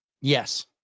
yes